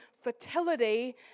fertility